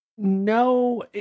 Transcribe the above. No